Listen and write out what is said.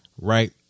Right